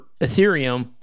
ethereum